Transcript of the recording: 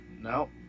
No